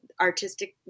artistic